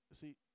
See